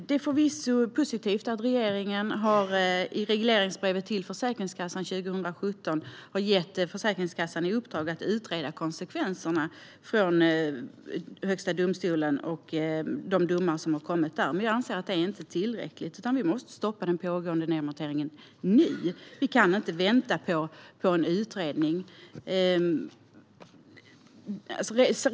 Det är förvisso positivt att regeringen i regleringsbrevet till Försäkringskassan 2017 har gett Försäkringskassan i uppdrag att utreda konsekvenserna av de domar som har kommit i Högsta förvaltningsdomstolen. Men jag anser att det inte är tillräckligt. Vi måste stoppa den pågående nedmonteringen nu. Vi kan inte vänta på en utredning.